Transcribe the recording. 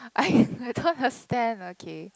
I I don't understand okay